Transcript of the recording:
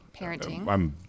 Parenting